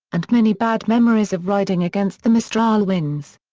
and many bad memories of riding against the mistral winds.